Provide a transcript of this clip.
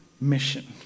mission